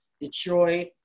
Detroit